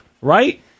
right